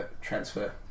transfer